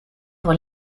pour